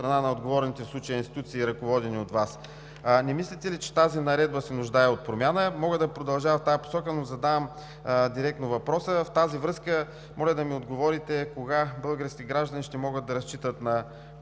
мислите ли, че тази наредба се нуждае от промяна?